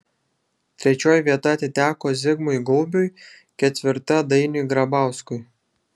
trečioji vieta atiteko zigmui gaubiui ketvirta dainiui grabauskui